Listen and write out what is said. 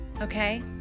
Okay